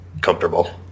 comfortable